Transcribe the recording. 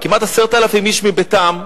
כמעט 10,000 איש מביתם,